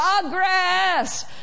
progress